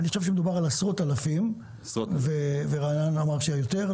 אני חושב שמדובר על עשרות אלפים, ורענן אמר שיותר.